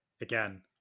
Again